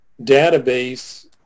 database